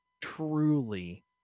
truly